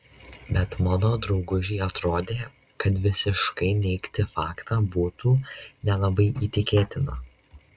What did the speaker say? bet mano draugužei atrodė kad visiškai neigti faktą būtų nelabai įtikėtina